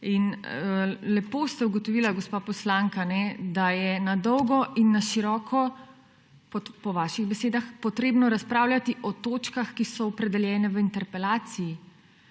Lepo ste ugotovili, gospa poslanka, da je na dolgo in na široko, po vaših besedah, potrebno razpravljati o točkah, ki so opredeljene v interpelaciji.